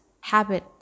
habit